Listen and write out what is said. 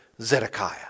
Zedekiah